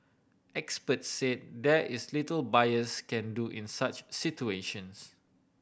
experts say there is little buyers can do in such situations